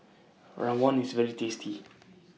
Rawon IS very tasty